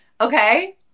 okay